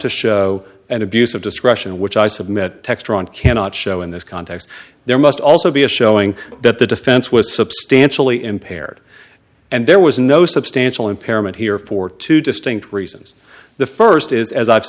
to show an abuse of discretion which i submit textron cannot show in this context there must also be a showing that the defense was substantially impaired and there was no substantial impairment here for two distinct reasons the first is as i've